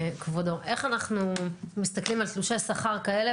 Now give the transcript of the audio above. כבודו: איך אנחנו מסתכלים על תלושי שכר כאלה,